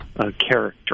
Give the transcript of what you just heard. character